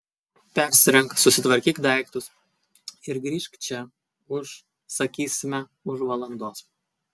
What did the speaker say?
persirenk susitvarkyk daiktus ir grįžk čia už sakysime už valandos